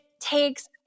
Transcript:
takes